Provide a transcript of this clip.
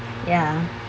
ya